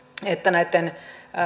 että näitten